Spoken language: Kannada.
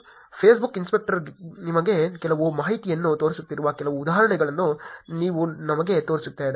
ಫೇಸ್ಬುಕ್ ಇನ್ಸ್ಪೆಕ್ಟರ್ ನಿಮಗೆ ಕೆಲವು ಮಾಹಿತಿಯನ್ನು ತೋರಿಸುತ್ತಿರುವ ಕೆಲವು ಉದಾಹರಣೆಗಳನ್ನು ನಾನು ನಿಮಗೆ ತೋರಿಸುತ್ತೇನೆ